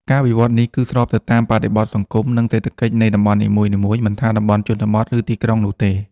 ការវិវត្តន៍នេះគឺស្របទៅនឹងបរិបទសង្គម និងសេដ្ឋកិច្ចនៃតំបន់នីមួយៗ មិនថាតំបន់ជនបទ ឬទីក្រុងនោះទេ។